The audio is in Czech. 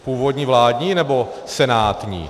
Původní vládní, nebo senátní?